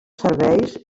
serveis